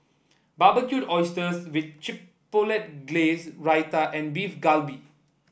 Barbecued Oysters with Chipotle Glaze Raita and Beef Galbi